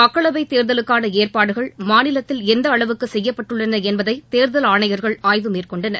மக்களவைத்தேர்தலுக்கான ஏற்பாடுகள் மாநிலத்தில் எந்தஅளவுக்கு செய்யப்பட்டுள்ளன என்பதை தேர்தல் ஆணையர்கள் ஆய்வு மேற்கொண்டனர்